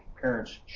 parents